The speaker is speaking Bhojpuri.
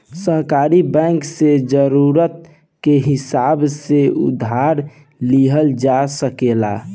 सहकारी बैंक से जरूरत के हिसाब से उधार लिहल जा सकेला